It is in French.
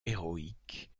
héroïque